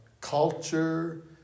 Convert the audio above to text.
culture